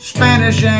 spanish